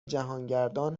جهانگردان